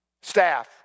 Staff